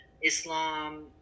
Islam